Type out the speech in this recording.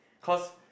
cause